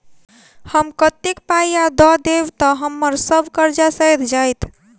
हम कतेक पाई आ दऽ देब तऽ हम्मर सब कर्जा सैध जाइत?